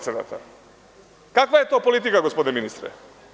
Kakva je to politika gospodine ministre?